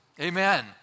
Amen